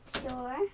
Sure